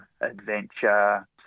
adventure